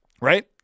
Right